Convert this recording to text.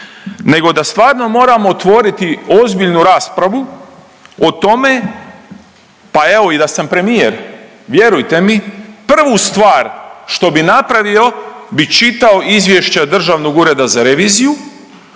nego da stvarno moramo otvoriti ozbiljnu raspravu o tome, pa evo i da sam premijer vjerujte mi prvu stvar što bih napravio bi čitao Izvješća Državnog ureda za reviziju